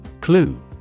Clue